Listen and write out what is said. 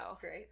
Great